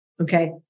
Okay